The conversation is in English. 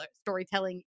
storytelling